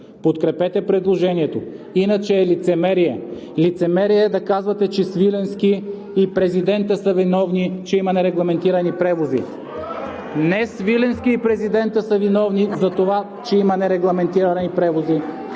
подкрепете предложението, иначе е лицемерие. Лицемерие е да казвате, че Свиленски и президентът са виновни, че има нерегламентирани превози. (Шум и реплики от ГЕРБ.) Не Свиленски и президентът са виновни за това, че има нерегламентирани превози.